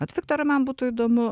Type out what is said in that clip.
vat viktorai man būtų įdomu